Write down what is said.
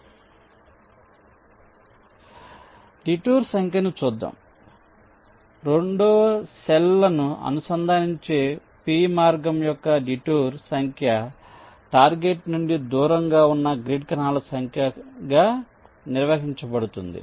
కాబట్టి డిటూర్ సంఖ్యను చూద్దాం 2 సెల్ లను అనుసంధానించే P మార్గం యొక్క డిటూర్ సంఖ్య టార్గెట్ నుండి దూరంగా ఉన్న గ్రిడ్ కణాల సంఖ్యగా నిర్వచించబడింది